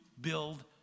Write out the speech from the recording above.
build